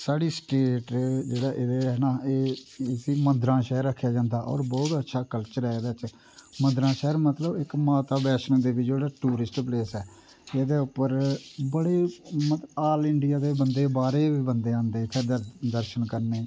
साढ़ी स्टेट जेहड़ा एहदा नां नी इसी मंदरा दा शैह्र आखेआ जंदा ऐ बहुत अच्छा कल्चर ऐ एहदा मदरां दा शैह्र मतलब इक माता बैष्णो जेहड़ा टूरिस्ट पलेस ऐ एहदे उप्पर बडे़ मतलब आल इंडिया दे बंदे बाहरे दे बी बंदे आंदे दर्शन करने गी